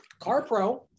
Carpro